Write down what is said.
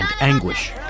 anguish